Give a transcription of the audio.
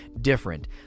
different